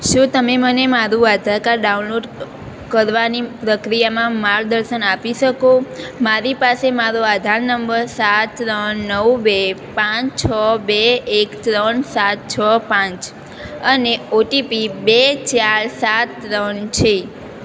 શું તમે મને મારું આધાર કાર્ડ ડાઉનલોડ કરવાની પ્રક્રિયામાં માર્ગદર્શન આપી શકો મારી પાસે મારો આધાર નંબર સાત ત્રણ નવ બે પાંચ છ બે એક ત્રણ સાત છ પાંચ અને ઓટીપી બે ચાર સાત ત્રણ છે